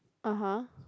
(uh huh)